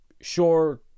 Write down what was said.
sure